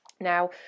Now